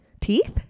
teeth